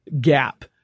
gap